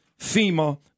FEMA